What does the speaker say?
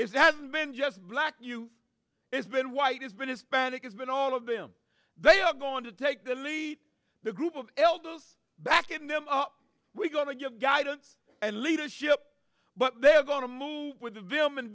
been just black youth it's been white it's been hispanic it's been all of them they are going to take the lead the group of elders backing them up we're going to give guidance and leadership but they're going to move with the